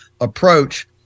approach